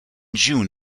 june